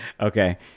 Okay